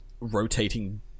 rotating